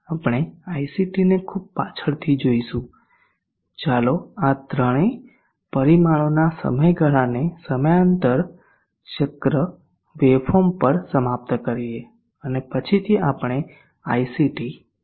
આપણે icT ને ખૂબ પાછળથી જોશું ચાલો આ ત્રણેય પરિમાણોના સમયગાળાને સમયાંતર ચક્ર વેવફોર્મ પર સમાપ્ત કરીએ અને પછીથી આપણે icT જોશું